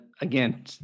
again